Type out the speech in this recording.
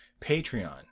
Patreon